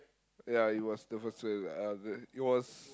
ya it was the first wave uh b~ it was